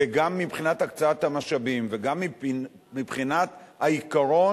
וגם מבחינת הקצאת המשאבים וגם מבחינת העיקרון,